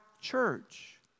church